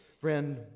friend